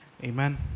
Amen